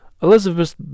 Elizabeth